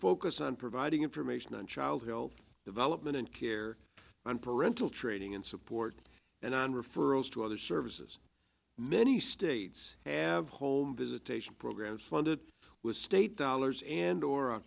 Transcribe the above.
focus on providing information on child health development and care on parental training and support and on referrals to other services many states have whole visitation programs funded with state dollars and or